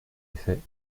effet